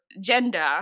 gender